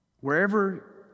wherever